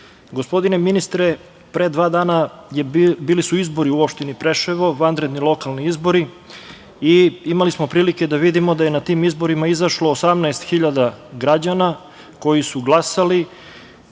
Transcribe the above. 38.300.Gospodine ministre, pre dva dana su bili izbori u opštini Preševo, vanredni lokalni izbori, i imali smo prilike da vidimo da je na te izbore izašlo 18.000 građana koji su glasali.